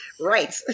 Right